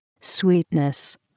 sweetness